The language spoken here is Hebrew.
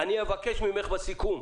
אני אבקש ממך בסיכום,